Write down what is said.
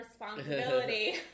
responsibility